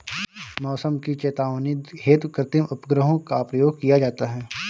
मौसम की चेतावनी हेतु कृत्रिम उपग्रहों का प्रयोग किया जाता है